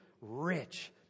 rich